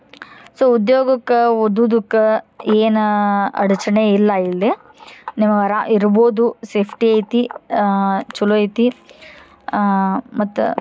so ಉದ್ಯೋಗಕ್ಕೆ ಓದುದುಕ್ಕ ಏನು ಅಡಚಣೆ ಇಲ್ಲ ಇಲ್ಲಿ ನೀವು ಅರ ಇರ್ಬೊದು ಸೇಫ್ಟಿ ಐತಿ ಚಲೋ ಐತಿ ಮತ್ತು